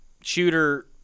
shooter